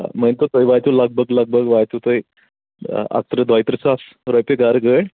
مٲنۍتو تۄہہِ واتیو لگ بگ لگ بگ واتیو تۄہہِ اکہٕ تٕرٛہ دۄیہِ تٕرٛہ ساس رۄپیہِ گرٕ گٲڑۍ